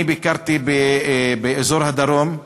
אני ביקרתי באזור הדרום,